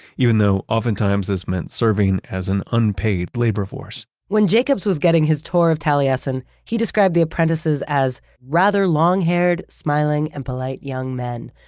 even though oftentimes this meant serving as an unpaid labor force when jacobs was getting his tour of taliesin, he described the apprentices as rather long-haired, smiling and polite young men,